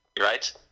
right